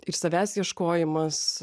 ir savęs ieškojimas